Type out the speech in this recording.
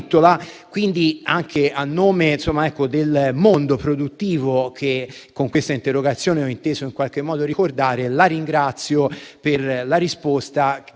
Quindi, anche a nome del mondo produttivo, che con questa interrogazione ho inteso ricordare, la ringrazio per la risposta